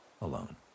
alone